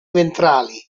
ventrali